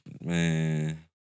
Man